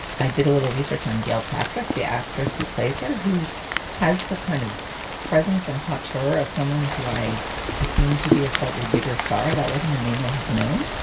i did a little research on gilpatric, the actress who plays her, who has the kind of presence and hot-air of someone who i assume to be a slightly bigger star. that wasn't a name i had known.